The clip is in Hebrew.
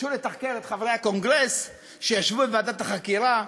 ביקשו לתחקר את חברי הקונגרס שישבו בוועדת החקירה,